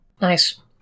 Nice